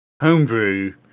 Homebrew